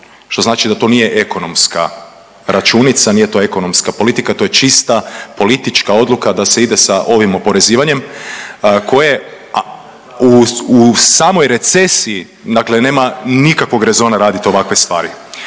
što znači da to nije ekonomska računica, nije to ekonomska politika. To je čista politička odluka da se ide sa ovim oporezivanjem koje u samoj recesiji, dakle nema nikakvog rezona raditi ovakve stvari.